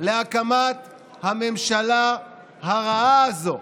להקמת הממשלה הרעה הזאת,